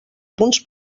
punts